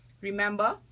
remember